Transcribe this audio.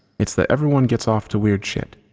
it's that everyone gets off to weird shit,